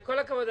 עם כל הכבוד,